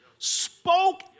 spoke